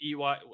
EY